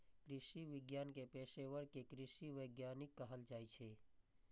कृषि विज्ञान के पेशवर कें कृषि वैज्ञानिक कहल जाइ छै